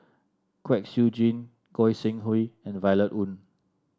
Kwek Siew Jin Goi Seng Hui and Violet Oon